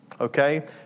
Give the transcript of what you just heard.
Okay